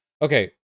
Okay